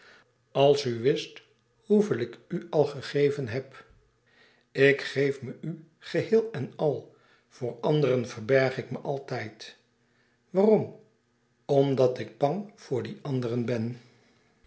als u wist hoeveel ik u al gegeven heb ik geef me u geheel en al voor anderen verberg ik me altijd waarom omdat ik bang voor die anderen ben